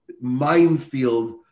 minefield